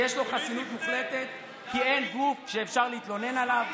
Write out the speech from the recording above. ויש לו חסינות מוחלטת כי אין גוף שאפשר להתלונן עליו?